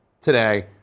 today